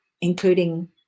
including